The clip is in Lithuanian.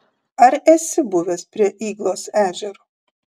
ar esi buvęs prie yglos ežero